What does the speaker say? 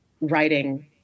writing